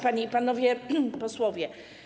Panie i Panowie Posłowie!